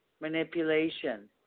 manipulation